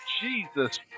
Jesus